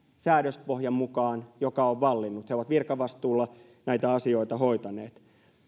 säädöspohjan mukaan joka on vallinnut he ovat virkavastuulla näitä asioita hoitaneet